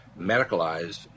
medicalized